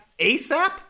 ASAP